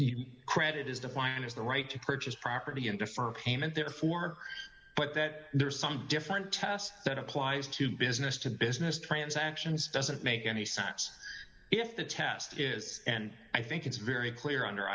credit is defined as the right to purchase property and defer payment therefore but that there is some different test that applies to business to business transactions doesn't make any sense if the test is and i think it's very clear under